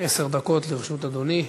עשר דקות לרשות אדוני.